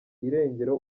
irengero